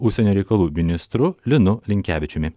užsienio reikalų ministru linu linkevičiumi